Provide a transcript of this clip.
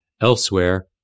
Elsewhere